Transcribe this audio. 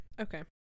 Okay